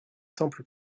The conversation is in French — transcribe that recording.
temple